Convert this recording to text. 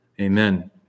Amen